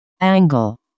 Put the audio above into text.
angle